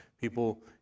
people